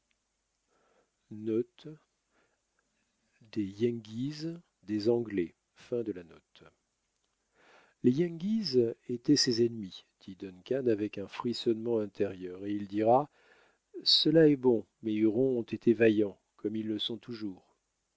têtes des les yengeese étaient ses ennemis dit duncan avec un frissonnement intérieur et il dira cela est bon mes hurons ont été vaillants comme ils le sont toujours